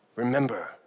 Remember